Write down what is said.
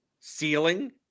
ceiling